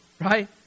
right